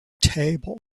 table